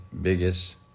biggest